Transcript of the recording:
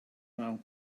mall